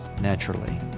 naturally